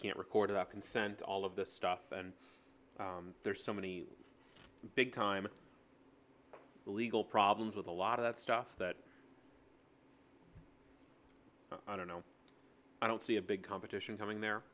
can't record our consent all of this stuff and there's so many big time legal problems with a lot of that stuff that i don't know i don't see a big competition coming there